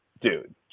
dude